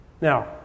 Now